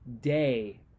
day